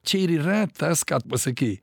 čia ir yra tas ką pasakei